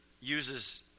uses